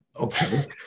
Okay